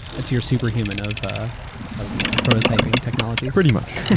it's your superhuman of of prototyping technology. pretty much.